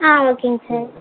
ஆ ஓகேங்க சார்